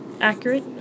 accurate